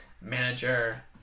manager